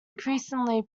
increasingly